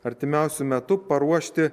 artimiausiu metu paruošti